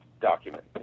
document